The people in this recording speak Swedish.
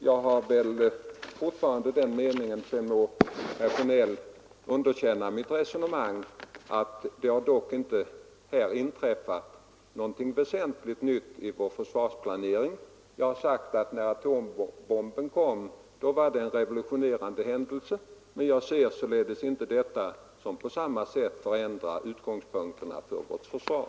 Jag har fortfarande denna uppfattning, sedan må herr Sjönell underkänna mitt resonemang om att det inte har inträffat något väsentligen nytt i vår försvarsplanering. Jag har sagt att tillkomsten av atombomben var en revolutionerande händelse, men jag kan inte se att den fråga vi nu - diskuterar på samma sätt skulle ändra utgångspunkterna för vårt försvar.